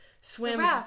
swims